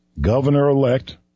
governor-elect